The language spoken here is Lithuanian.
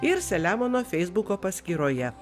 ir selemono feisbuko paskyroje